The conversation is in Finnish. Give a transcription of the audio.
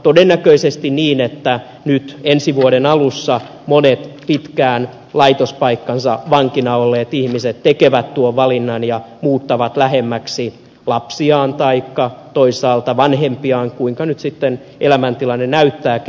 todennäköisesti käy niin että ensi vuoden alussa monet pitkään laitospaikkansa vankina olleet ihmiset tekevät tuon valinnan ja muuttavat lähemmäksi lapsiaan taikka toisaalta vanhempiaan miltä nyt sitten elämäntilanne näyttääkin